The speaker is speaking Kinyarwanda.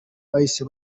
bahise